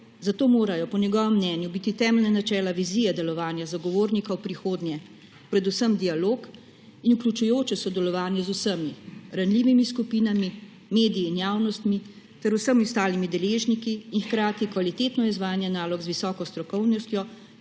zato morajo po njegovem mnenju biti temeljna načela vizije delovanja zagovornika v prihodnje predvsem dialog in vključujoče sodelovanje z vsemi, ranljivimi skupinami, mediji in javnostmi ter vsemi ostalimi deležniki in hkrati kvalitetno izvajanje nalog z visoko strokovnostjo